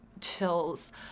chills